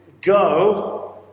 go